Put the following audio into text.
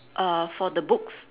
uh for the books